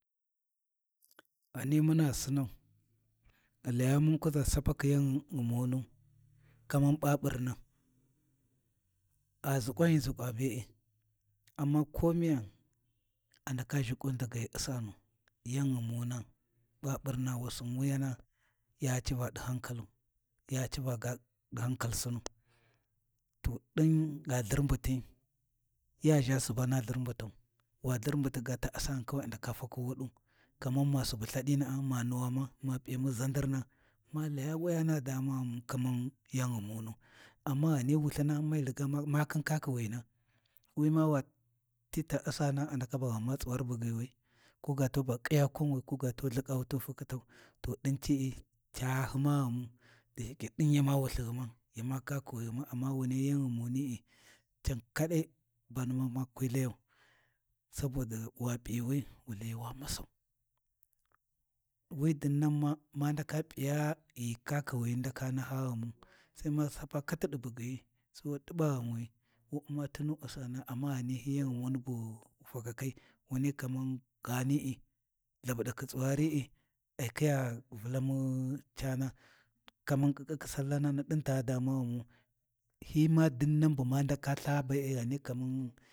Ghani muna Sinau, ghi laya mun kuʒa sapakhi yan ghumunu, kaman baburna gha ʒikwan ghi ʒukwa be'e amma komiya andaka zhiƙuni daga ghi U’sanu yan ghumuna baburna wusin wuyana ya civa di hankalu, ya civa ga ɗi hankalsunu to ɗin gha lhirbuti ya ʒha Subana lhirbutau wa lhirbuti ga ta U’sani kawai a ndaka faku wudu, kaman masubu lthadina’a ma nuwama ma P’iyamu ʒadirna ma laya wuyana dama ghumu kamar yan ghumunu amma ghani wulthina me riga ma khin kakhiwina, wima watita U’sana a ndaka ba ghuma tsuwar bugyiwi ko ga tu ba ƙhiyawi kumuwi ko ta lhiƙawi ta fukhitau, to din ci’i ca hyima ghumu, dashike ɗin yama wulthighuma yama kakuwan ghuma, amma wunai yan ghumuni’i can kadai bama kwi layau, saboda wa P’iwi wi laya wa masau, wi dinnan ma ma ndaka P’iya ghi kakuwini hi ndaka nahaghumu, Sai ma sapa katidi bugyiyi wu t’iba ghanwi wa uma tu nu U’sana, amma ghani yan ghumuni bu fakakai wani kaman ghani’i, lhabudakhi tsuwari’i ai khiya Vulamu caana, kaman ƙiƙakhi sallanani ta damaghumu hyima dinnan bu ma ndaka ltha be'e ghani kaman.